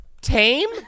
Tame